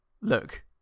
Look